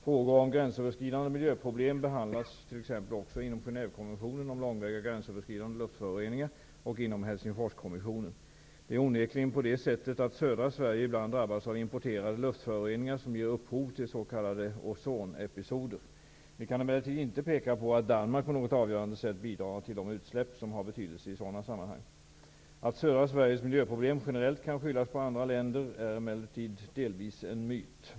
Frågor om gränsöverskridande miljöproblem behandlas t.ex. också inom Genévekonventionen om långväga gränsöverskridande luftföroreningar Det är onekligen på det sättet att södra Sverige ibland drabbas av importerade luftföroreningar som ger upphov til s.k. ozonepisoder. Vi kan emellertid inte peka på att Danmark på något avgörande sätt bidrar till de utsläpp som har betydelse i sådana sammanhang. Att södra Sveriges miljöproblem generellt kan skyllas på andra länder är emellertid delvis en myt.